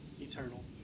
Eternal